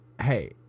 hey